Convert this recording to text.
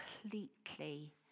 completely